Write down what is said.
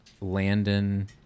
Landon